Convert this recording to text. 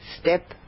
step